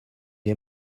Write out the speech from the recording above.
est